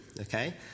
okay